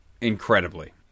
incredibly